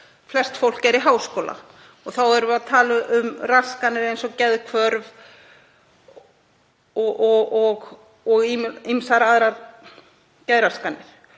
flest fólk er í háskóla. Þá erum við að tala um raskanir eins og geðhvörf og ýmsar aðrar geðraskanir.